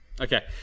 Okay